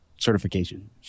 Certification